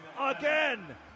again